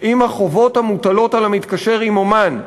אם החובות המוטלות על המתקשר עם אמן,